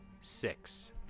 six